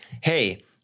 Hey